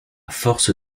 force